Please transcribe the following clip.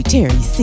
Terry